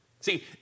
See